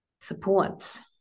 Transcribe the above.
supports